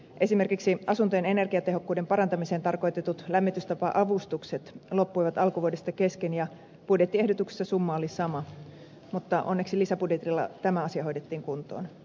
esimerkiksi asuntojen energiatehokkuuden parantamiseen tarkoitetut lämmitystapa avustukset loppuivat alkuvuodesta kesken ja budjettiehdotuksissa summa oli sama mutta onneksi lisäbudjetilla tämä asia hoidettiin kuntoon